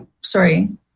Sorry